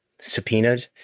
subpoenaed